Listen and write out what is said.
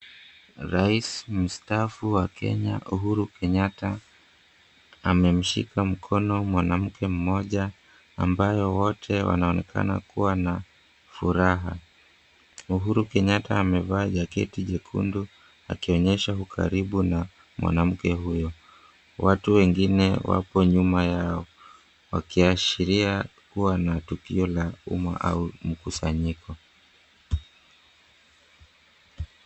Rais mstaafu wa kenya, Uhuru Kenyatta, amemshika mkono mwanamke mmoja, ambapo wote wanaonekana kuwa na furaha. Uhuru Kenyatta amevaa jaketi jekundu, akionyesha ukaribu na mwanamke huyo. Watu wengine wapo nyuma yao, wakiashiria kuwa na tukio la uma ama mkusanyiko.